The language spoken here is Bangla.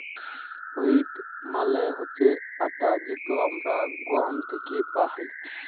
হুইট মালে হছে আটা যেট আমরা গহম থ্যাকে পাই